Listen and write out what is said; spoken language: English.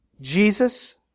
Jesus